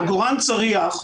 עגורן צריח,